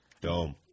Dome